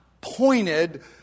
pointed